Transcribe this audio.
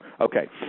Okay